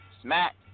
Smack